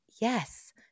Yes